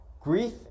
Grief